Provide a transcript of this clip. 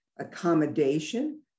Accommodation